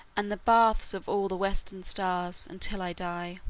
and the baths of all the western stars, until i die.